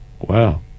Wow